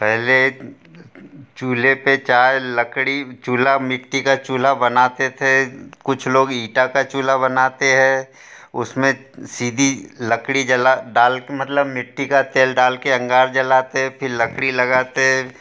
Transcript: पहले चूल्हे पे चाय लकड़ी चूल्हा मिट्टी का चूल्हा बनाते थे कुछ लोग ईंटा का चूल्हा बनाते हैं उसमें सीधी लकड़ी जला डाल मतलब मिट्टी का तेल डाल कर अंगार जलाते हैं फिर लकड़ी लगाते हैं